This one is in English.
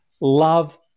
love